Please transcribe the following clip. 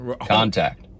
contact